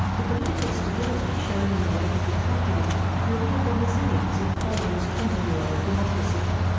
the political stability shown in the wake of the tragedy revealed the resilience of poland's twenty year old democracy.